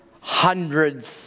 hundreds